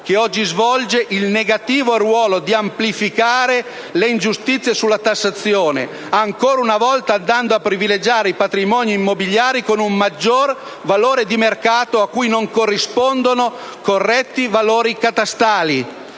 che oggi svolge il negativo ruolo di amplificare le ingiustizie sulla tassazione, ancora una volta andando a privilegiare i patrimoni immobiliari con maggior valore di mercato cui non corrispondono corretti valori catastali.